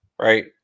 right